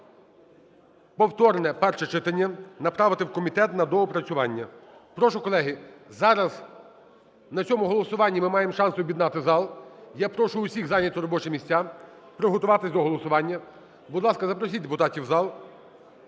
Повторне перше читання, направити в комітет на доопрацювання. Прошу, колеги, зараз на цьому голосуванні ми маємо шанс об'єднати зал. Я прошу усіх зайняти робочі місця, приготуватись до голосування. Будь ласка, запросіть депутатів в зал.